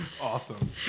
Awesome